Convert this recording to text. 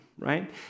right